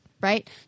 right